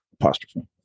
apostrophe